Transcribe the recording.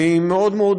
והיא מאוד מאוד